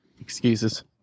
Excuses